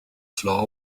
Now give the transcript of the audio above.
floor